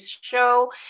show